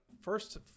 first